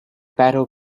battle